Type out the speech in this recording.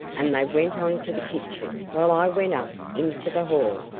and they went on to the kitchen while i went up into the hall,